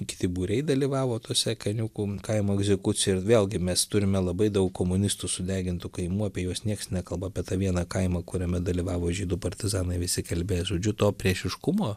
kiti būriai dalyvavo tose kaniukų kaimo egzekucijoj ir vėlgi mes turime labai daug komunistų sudegintų kaimų apie juos nieks nekalba apie tą vieną kaimą kuriame dalyvavo žydų partizanai visi kalbėjo žodžiu to priešiškumo